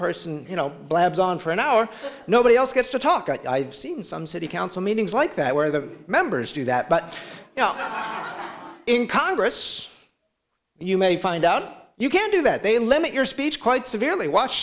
person you know blabs on for an hour nobody else gets to talk i've seen some city council meetings like that where the members do that but now in congress you may find out you can do that they limit your speech quite severely watch